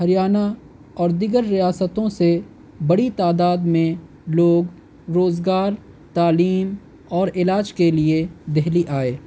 ہریانہ اور دیگر ریاستوں سے بڑی تعداد میں لوگ روزگار تعلیم اور علاج کے لیے دہلی آئے